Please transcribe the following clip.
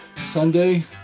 Sunday